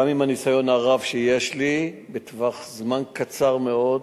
גם עם הניסיון הרב שיש לי, בטווח זמן קצר מאוד,